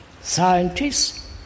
Scientists